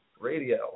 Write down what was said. Radio